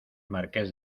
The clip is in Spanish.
marqués